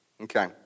Okay